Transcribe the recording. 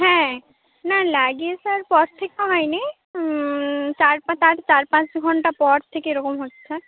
হ্যাঁ না লাগিয়ে আসার পর থেকে হয়নি চার পাঁ তার চার পাঁচ ঘন্টা পর থেকে এরকম হচ্ছে